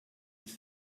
des